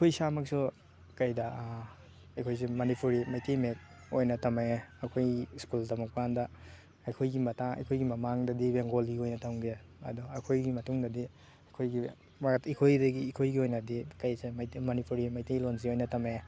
ꯑꯩꯈꯣꯏ ꯏꯁꯥꯃꯛꯁꯨ ꯀꯩꯗ ꯑꯩꯈꯣꯏꯁꯨ ꯃꯅꯤꯄꯨꯔꯤ ꯃꯩꯇꯩ ꯃꯌꯦꯛ ꯑꯣꯏꯅ ꯇꯝꯃꯛꯑꯦ ꯑꯩꯈꯣꯏ ꯁ꯭ꯀꯨꯜ ꯇꯝꯃꯛꯄ ꯀꯥꯟꯗ ꯑꯩꯈꯣꯏꯒꯤ ꯃꯇꯥꯡ ꯑꯩꯈꯣꯏꯒꯤ ꯃꯃꯥꯡꯗꯗꯤ ꯕꯦꯡꯒꯣꯂꯤ ꯑꯣꯏꯅ ꯇꯝꯈꯤ ꯑꯗꯣ ꯑꯩꯈꯣꯏꯒꯤ ꯃꯇꯨꯡꯗꯗꯤ ꯑꯩꯈꯣꯏꯒꯤ ꯑꯩꯈꯣꯏꯗꯒꯤ ꯑꯩꯈꯣꯏꯒꯤ ꯑꯣꯏꯅꯗꯤ ꯀꯩꯁꯦ ꯃꯩꯇꯩ ꯃꯅꯤꯄꯨꯔꯤ ꯃꯩꯇꯩꯂꯣꯟꯁꯦ ꯑꯣꯏꯅ ꯇꯝꯃꯦ